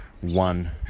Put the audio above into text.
one